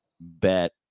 bet